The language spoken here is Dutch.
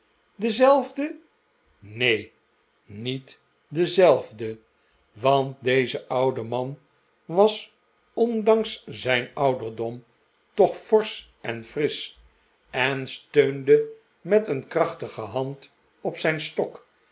dezelfde neen niet dezelfde want deze oude man was ondanks zijn ouderdom toch forsch en frisch en steunde met een krachtige hand op zijn stok